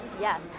yes